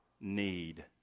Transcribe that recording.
need